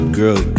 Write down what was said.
girl